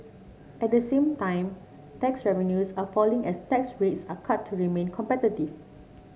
at the same time tax revenues are falling as tax rates are cut to remain competitive